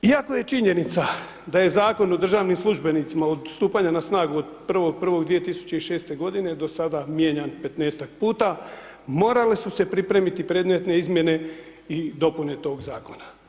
Iako je činjenica da je Zakon o državnim službenicima, odstupanje na snagu od 1.1.2006. g. do sada mijenjan 15-tak puta, morale su se pripremiti predmetne izmjene i dopune tog zakona.